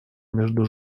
между